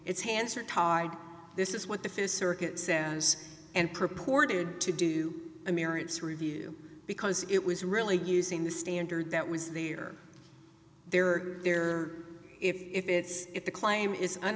its hands are tied this is what the st circuit says and purported to do a merits review because it was really using the standard that was there there are there if it's if the claim is an